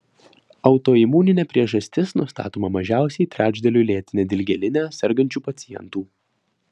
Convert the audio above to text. autoimuninė priežastis nustatoma mažiausiai trečdaliui lėtine dilgėline sergančių pacientų